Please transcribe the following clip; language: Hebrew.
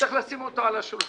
וצריך לשים אותו על השולחן.